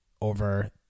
over